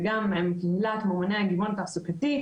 וגם עם קהילת ממוני הגיוון התעסוקתי,